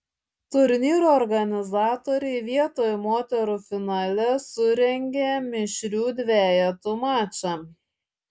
turnyro organizatoriai vietoj moterų finale surengė mišrių dvejetų mačą